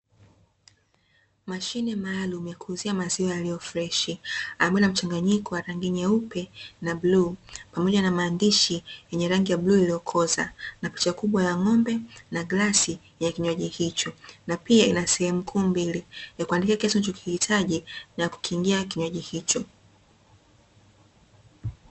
Mashine maalumu yakuuzia maziwa yaliyo freshi ambayo yana inamchanganyiko wa rangi ya nyeupe na bluu, pamoja na maandishi yenye rangi ya bluu iliyokoza na picha kubwa ya ng'ombe na glasi ya kinywaji hicho na pia ina sehemu kuu mbili ya kuandika kiasi unachokihitaji na yakukingia kinywaji hicho.